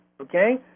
okay